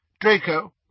Draco